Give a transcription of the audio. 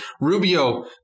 Rubio